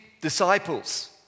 disciples